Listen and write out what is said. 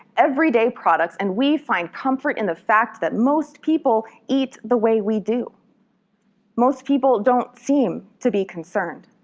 every day products. and we find comfort in the fact that most people eat the way we do that most people don't seem to be concerned.